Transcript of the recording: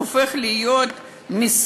הופך להיות מסכן,